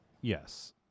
Yes